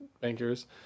bankers